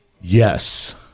Yes